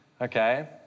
okay